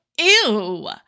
ew